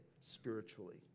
spiritually